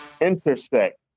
intersect